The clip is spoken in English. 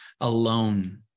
alone